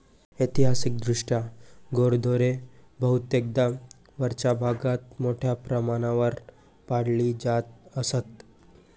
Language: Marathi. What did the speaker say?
ऐतिहासिकदृष्ट्या गुरेढोरे बहुतेकदा वरच्या भागात मोठ्या प्रमाणावर पाळली जात असत